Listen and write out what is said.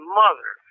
mother